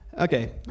Okay